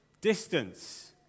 distance